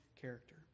character